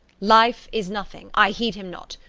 life is nothings i heed him not.